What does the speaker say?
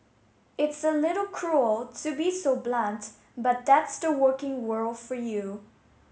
it's a little cruel to be so blunt but that's the working world for you